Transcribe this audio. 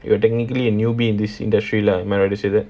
you are technically a newbie in this industry lah am I right to say that